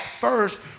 first